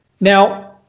Now